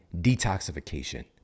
detoxification